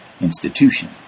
institution